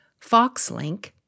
Foxlink